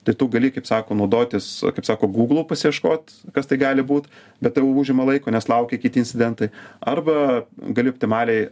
tai tu gali kaip sako naudotis kaip sako gūglu pasiieškot kas tai gali būt bet tai užima laiko nes laukia kiti incidentai arba gali optimaliai